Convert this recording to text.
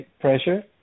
pressure